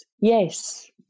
yes